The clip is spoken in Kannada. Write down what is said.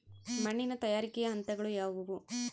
ಮಣ್ಣಿನ ತಯಾರಿಕೆಯ ಹಂತಗಳು ಯಾವುವು?